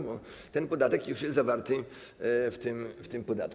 Bo ten podatek już jest zawarty w tym podatku.